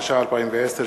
התש"ע 2010,